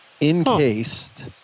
encased